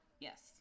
yes